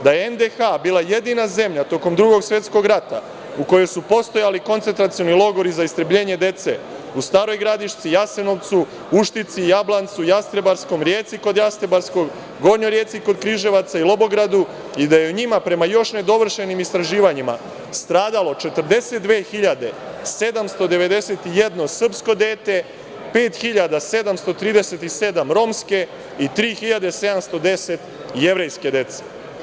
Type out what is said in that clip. Da je NDH bila jedina zemlja tokom Drugog svetskog rata u kojoj su postojali koncentracioni logori za istrebljenje dece u Staroj Gradišci, Jesenovcu, Uštici, Jablancu, Jastrebarskom, Rijeci kod Jastrebarskog, Gornjoj Rijeci kod Križevaca i Lobogradu i da je u njima prema još nedovršenim istraživanjima stradalo 42.791 srpsko dete, 5.737 romske i 3.710 jevrejske dece.